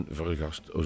vergast